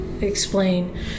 explain